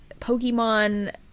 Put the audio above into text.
Pokemon